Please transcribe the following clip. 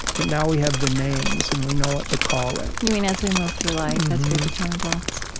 but now we have the names, and we know what to call it you mean as we move through life, as we become adults?